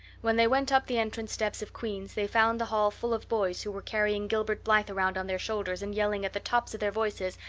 when they went up the entrance steps of queen's they found the hall full of boys who were carrying gilbert blythe around on their shoulders and yelling at the tops of their voices,